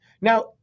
Now